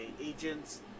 agents